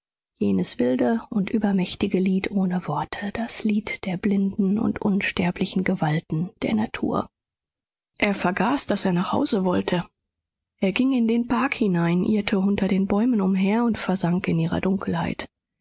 jenes wilde und übermächtige lied ohne worte das lied der blinden und unsterblichen gewalten der natur er vergaß daß er nach hause wollte er ging in den park hinein irrte unter den bäumen umher und versank in ihrer dunkelheit